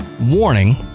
Warning